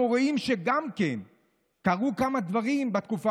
אנחנו רואים שגם קרו כמה דברים בתקופה